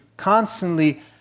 constantly